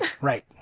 right